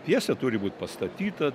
pjesė turi būti pastatyta